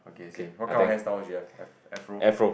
okay same what kind of hairstyle she have af~ afro